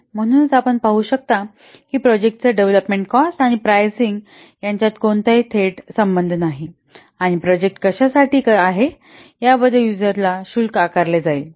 म्हणूनच आपण पाहू शकता की प्रोजेक्टाचा डेव्हलोपमेंट कॉस्ट आणि प्रायसिंग यांच्यात कोणताही थेट संबंध नाही आणि प्रोजेक्ट कशासाठी की कसा आहे याबद्दल युजराला शुल्क आकारले जाईल